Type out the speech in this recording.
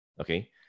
okay